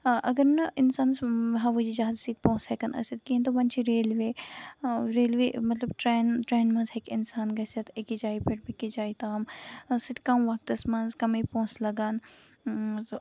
اَگر نہٕ اِنسانَس ہوٲیی جَہازَس کِتھ پوٚنسہٕ ہٮ۪کَن ٲسِتھ کِہینۍ تمَن چُھ ریلوے ریلوے ٹرینہِ منٛز ہٮ۪کہِ اِنسان گژھِتھ أکِس جایہِ پٮ۪ٹھ بیٚیہِ کِس جایہِ تام اَمہِ سۭتۍ کَم وقتَس منٛز کَمٕے پوٚنسہٕ لگان مطلب